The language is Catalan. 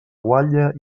guatlla